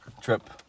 Trip